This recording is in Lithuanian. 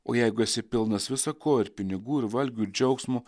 o jeigu esi pilnas visa ko ir pinigų ir valgių ir džiaugsmo